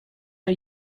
are